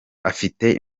afite